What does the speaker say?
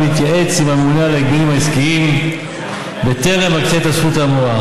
להתייעץ עם הממונה על הגבלים העסקיים בטרם יקצה את הזכות האמורה,